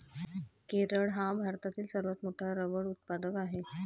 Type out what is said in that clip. केरळ हा भारतातील सर्वात मोठा रबर उत्पादक आहे